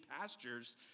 pastures